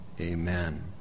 Amen